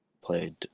played